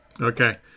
Okay